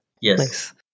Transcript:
Yes